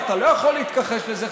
ואתה לא יכול להתכחש לזה,